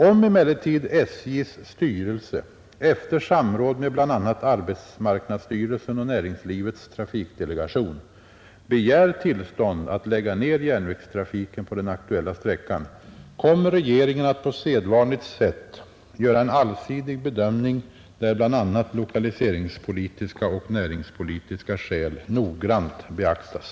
Om emellertid SJ:s styrelse, efter samråd med bl.a. arbetsmarknadsstyrelsen och Näringslivets trafikdelegation, begär tillstånd att lägga ned järnvägstrafiken på den aktuella sträckan, kommer regeringen att på sedvanligt sätt göra en allsidig bedömning där bl.a. lokaliseringspolitiska och näringspolitiska skäl noggrant beaktas.